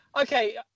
Okay